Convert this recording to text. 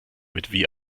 mit